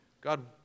God